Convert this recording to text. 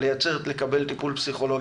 לקבל טיפול פסיכולוגי.